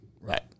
Right